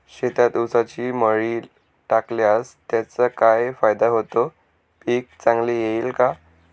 शेतात ऊसाची मळी टाकल्यास त्याचा काय फायदा होतो, पीक चांगले येईल का?